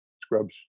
Scrubs